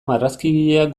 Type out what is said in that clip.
marrazkigileak